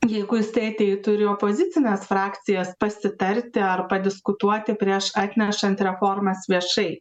jeigu jisai ateitų ir į opozicines frakcijas pasitarti ar padiskutuoti prieš atnešant reformas viešai